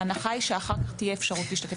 ההנחה היא שאחר כך תהיה אפשרות להשתתף.